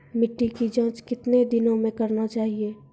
मिट्टी की जाँच कितने दिनों मे करना चाहिए?